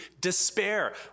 despair